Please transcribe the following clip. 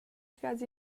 tras